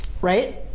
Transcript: Right